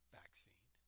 vaccine